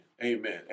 Amen